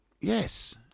Yes